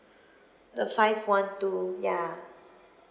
the five one two ya